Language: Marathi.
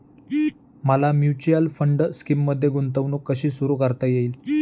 मला म्युच्युअल फंड स्कीममध्ये गुंतवणूक कशी सुरू करता येईल?